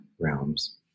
Realms